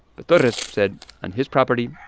but torres said, on his property,